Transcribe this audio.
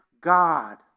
God